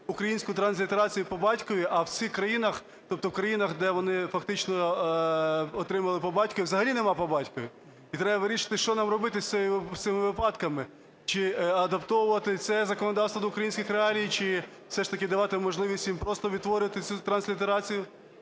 українську транслітерацію по батькові, а в цих країнах, тобто в країнах, де вони, фактично, отримали по батькові, взагалі нема по батькові. І треба вирішувати що нам робити з цими випадками: чи адаптовувати це законодавство до українських реалій, чи все ж таки давати можливість їм просто відтворювати цю транслітерацію.